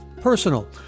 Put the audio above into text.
personal